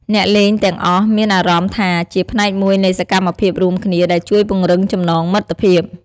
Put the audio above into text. អ្នកលេងទាំងអស់មានអារម្មណ៍ថាជាផ្នែកមួយនៃសកម្មភាពរួមគ្នា ដែលជួយពង្រឹងចំណងមិត្តភាព។